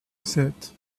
sept